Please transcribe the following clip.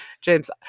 James